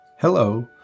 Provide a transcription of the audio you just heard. Hello